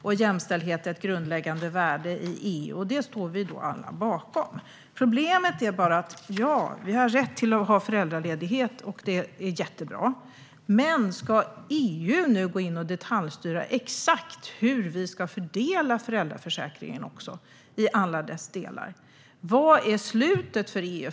Och jämställdhet har ett grundläggande värde i EU. Detta står vi alla bakom. Det är riktigt att vi har rätt till föräldraledighet, och det är jättebra. Men om EU nu ska gå in och detaljstyra exakt hur vi ska fördela föräldraförsäkringen i alla dess delar, vad är då slutet för EU?